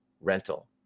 rental